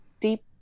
deep